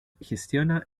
gestiona